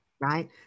right